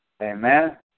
Amen